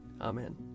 Amen